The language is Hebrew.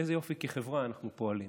איזה יופי כחברה אנחנו פועלים.